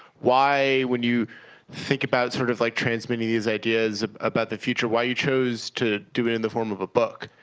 why, when you think about sort of like transmitting these ideas about the future, why you chose to do it in the form of a book?